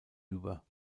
über